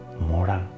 moral